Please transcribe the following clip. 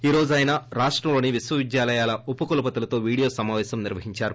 ఈ రోజు ఆయన రాష్టంలోని విశ్వవిద్యాలయాల ఉప కులపతులతో వీడియో సమాపేశం నిర్వహించారు